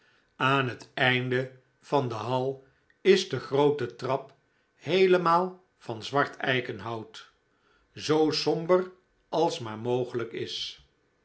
aan het eene einde van de hal is de groote trap heelemaal van zwart eikenhout zoo somber als maar mogelijk is